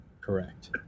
Correct